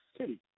city